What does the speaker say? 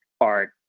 art